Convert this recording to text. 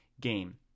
game